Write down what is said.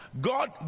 God